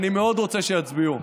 אני מאוד רוצה שיצביעו.